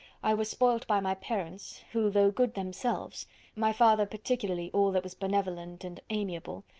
i was spoilt by my parents, who, though good themselves my father, particularly, all that was benevolent and amiable,